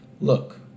Look